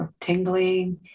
tingling